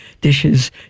dishes